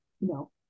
no